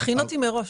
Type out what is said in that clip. הכינותי מראש.